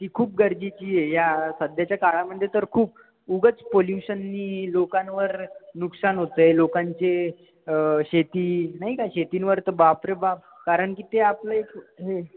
जी खूप गरजेची आहे या सध्याच्या काळामध्ये तर खूप उगाच पोल्यूशननी लोकांवर नुकसान होत आहे लोकांचे शेती नाही का शेतींवर तर बाप रे बाप कारण की ते आपलं हे